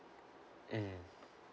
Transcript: mmhmm